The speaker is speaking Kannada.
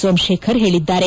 ಸೋಮಶೇಖರ್ ಹೇಳಿದ್ದಾರೆ